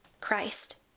Christ